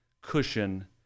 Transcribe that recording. cushion